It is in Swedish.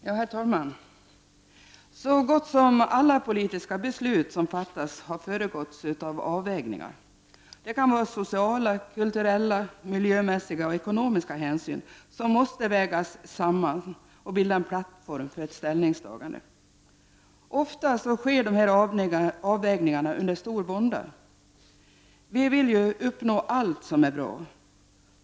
Herr talman! Så gott som alla politiska beslut som fattas har föregåtts av avvägningar. Det kan vara fråga om sociala, kulturella, miljömässiga och ekonomiska hänsyn som måste vägas samman för att sedan bilda en plattform för ett ställningstagande. Ofta sker sådana här avvägningar under stor vånda. Vi vill ju uppnå allt som är bra.